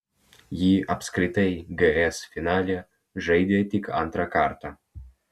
ji apskritai gs finale žaidė tik antrą kartą